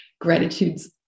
gratitude's